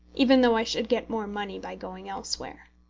even though i should get more money by going elsewhere.